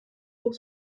pour